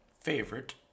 favorite